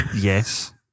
Yes